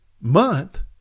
month